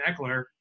Eckler